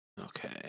Okay